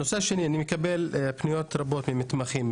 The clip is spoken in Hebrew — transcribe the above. הנושא השני אני מקבל פניות רבות ממתמחים,